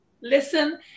listen